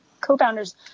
co-founders